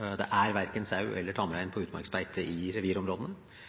Det er verken sau eller tamrein på utmarksbeite i revirområdene,